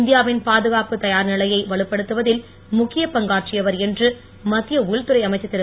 இந்தியாவின் பாதுகாப்பு தயார் நிலைய வலுப்படுத்துவதில் முக்கியப் பங்காற்றியவர் என்று மத்திய உள்துறை அமைச்சர் திரு